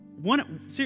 one